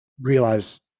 realize